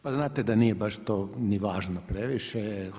Pa znate da nije baš to ni važno previše.